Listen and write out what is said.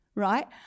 right